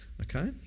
okay